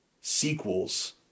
sequels